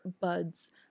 buds